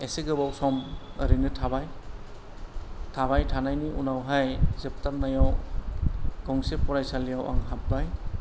एसे गोबाव सम ओरैनो थाबाय थाबाय थानायनि उनावहाय जोबथारनायाव गंसे फरायसालियाव आं हाब्बाय